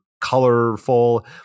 colorful